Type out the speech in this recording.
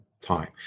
time